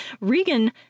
Regan